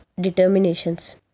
determinations